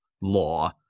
law